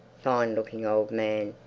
fine-looking old man.